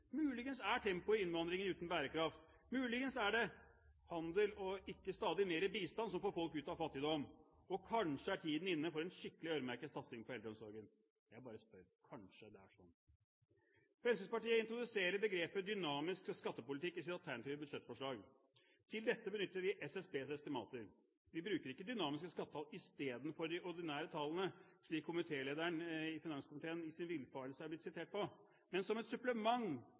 Muligens er tempoet i innvandringen uten bærekraft? Muligens er det handel og ikke stadig mer bistand som får folk ut av fattigdom? Kanskje er tiden inne for en skikkelig øremerket satsing på eldreomsorgen? Jeg bare spør. Kanskje det er sånn. Fremskrittspartiet introduserer begrepet «dynamisk skattepolitikk» i sitt alternative budsjettforslag. Til dette benytter vi SSBs estimater. Vi bruker ikke dynamiske skattetall istedenfor de ordinære tallene, slik lederen i finanskomiteen i sin villfarelse er blitt sitert på, men som et supplement